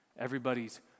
Everybody's